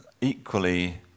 equally